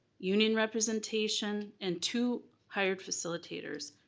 union representation, and two hired facilitators.